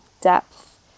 depth